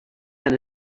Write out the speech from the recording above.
been